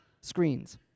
screens